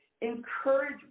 encourage